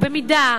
הוא במידה,